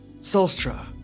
solstra